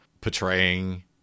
portraying